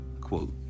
Quote